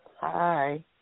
Hi